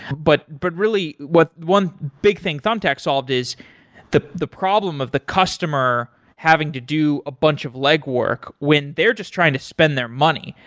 but but really one big thing thumbtack solved is the the problem of the customer having to do a bunch of leg work when they're just trying to spend their money.